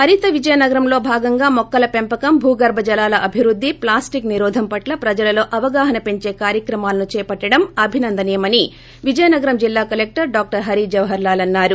హరిత విజయనగరంలో భాగంగా మొక్కల పెంపకం పట్ల భూగర్బ జలాల అభివృద్ది పట్ల ప్లాస్టిక్ నిరోధం పట్ల ప్రజలలో అవగాహన పెంచే కార్యక్రమాలను చేపట్లడటం అభినందనీయమని విజయనగరం జిల్లా కలెక్లర్ డాక్టర్ హరి జవహర్ లాల్ అన్నారు